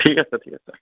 ঠিক আছে ঠিক আছে